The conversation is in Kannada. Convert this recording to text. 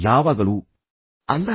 ಇಲ್ಲ ಯಾವಾಗಲೂ ಅಲ್ಲ